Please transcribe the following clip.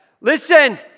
Listen